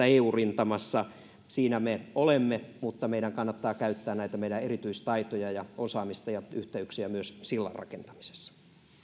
eu rintamassa siinä me olemme mutta meidän kannattaa käyttää näitä meidän erityistaitojamme ja osaamistamme ja yhteyksiämme myös sillanrakentamisessa